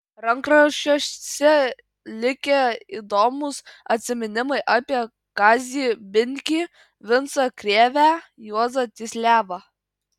rankraščiuose likę įdomūs atsiminimai apie kazį binkį vincą krėvę juozą tysliavą